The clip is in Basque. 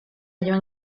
joan